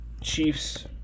Chiefs